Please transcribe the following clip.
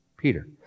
Peter